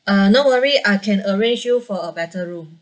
uh no worry I can arrange you for a better room